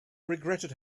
regretted